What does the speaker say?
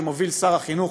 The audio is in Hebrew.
שמוביל שר החינוך